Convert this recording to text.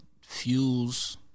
fuels